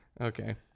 Okay